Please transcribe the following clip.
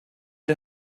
der